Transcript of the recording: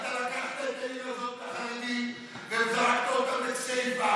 אתה לקחת את העיר הזאת מהחרדים וזרקת אותם לכסייפה.